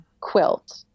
quilt